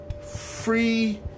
Free